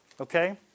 Okay